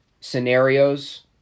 scenarios